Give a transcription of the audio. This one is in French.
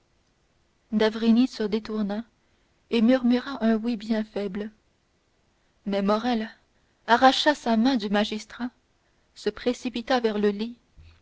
d'avrigny se détourna et murmura un oui bien faible mais morrel arracha sa main du magistrat se précipita vers le lit